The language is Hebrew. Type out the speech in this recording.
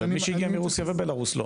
ומי שהגיע מרוסיה ובלרוס לא.